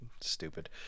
stupid